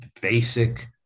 basic